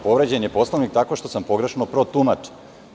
Povređen je Poslovnik tako što sam pogrešno protumačen.